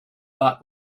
but